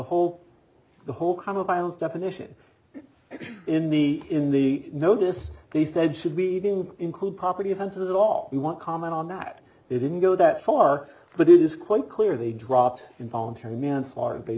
whole the whole kind of violence definition in the in the notice they said should we include property offenses all we want comment on that they didn't go that far but it is quite clear they dropped involuntary manslaughter